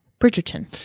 Bridgerton